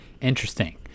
Interesting